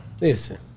Listen